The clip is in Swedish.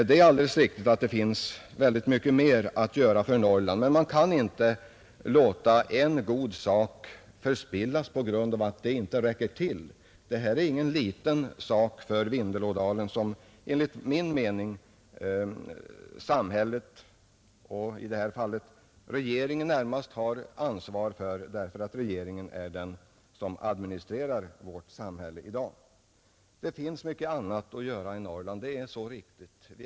Det är alldeles riktigt att det finns väldigt mycket mer att göra för Norrland, Men man kan inte låta en god sak förspillas på grund av att den inte räcker till för allt. Detta är inte någon liten sak för Vindelådalen, som enligt min mening samhället — i detta fall närmast regeringen, eftersom regeringen är den som administrerar vårt samhälle — har ansvaret för. Det finns mycket annat att göra i Norrland. Det är ett riktigt påpekande.